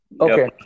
Okay